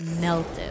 melted